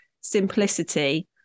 simplicity